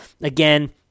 Again